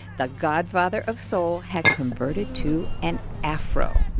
the godfather of soul had converted to an afro.